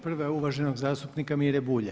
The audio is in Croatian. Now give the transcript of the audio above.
Prva je uvaženog zastupnika Mire Bulja.